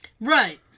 Right